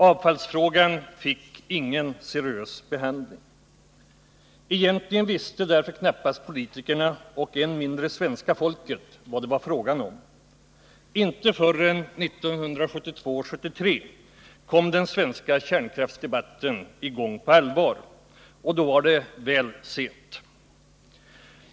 Avfallsfrågan fick ingen seriös behandling. Egentligen visste därför knappast politikerna och än mindre svenska folket vad det var fråga om. Inte förrän 1972-1973 kom den svenska kärnkraftsdebatten i gång på allvar, och då var det väl sent.